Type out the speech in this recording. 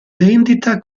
vendita